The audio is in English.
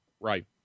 Right